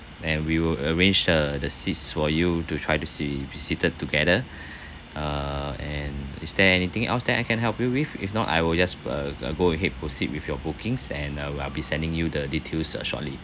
and we will arrange the the seats for you to try to see be seated together uh and is there anything else that I can help you with if not I will just uh uh go ahead proceed with your bookings and uh I'll be sending you the details uh shortly